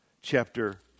chapter